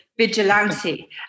Vigilante